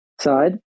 side